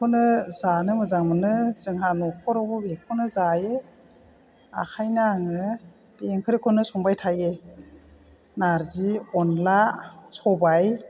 बेखौनो जानो मोजां मोनो जोंहा नखरावबो बेखौनो जायो ओंखायनो आङो बेफोरखौनो संबाय थायो नार्जि अनला सबाय